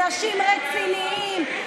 אנשים רציניים,